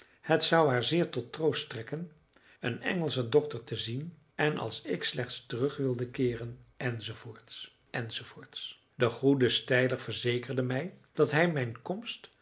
het zou haar zeer tot troost strekken een engelschen dokter te zien en als ik slechts terug wilde keeren enz enz de goede steiler verzekerde mij dat hij mijn komst